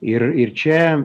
ir ir čia